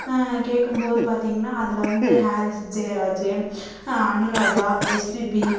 கேட்கும்போது பார்த்தீங்கன்னா அதில் வந்து ஹாரிஸ் ஜெயராஜ் அனுராதா எஸ்பிபி